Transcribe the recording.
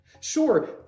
Sure